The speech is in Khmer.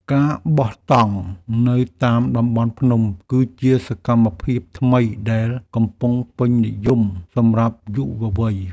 ការបោះតង់នៅតាមតំបន់ភ្នំ គឺជាសកម្មភាពថ្មីដែលកំពុងពេញនិយមសម្រាប់យុវវ័យ។